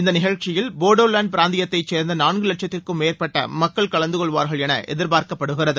இந்த நிகழ்ச்சியில் போடோ லேண்ட் பிராந்தியத்தை சேர்ந்த நான்கு வட்சத்திற்கும் மேற்பட்ட மக்கள் கலந்து கொள்வார்கள் என எதிர்பார்க்கப்படுகிறது